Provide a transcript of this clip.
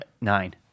nine